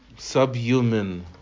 Subhuman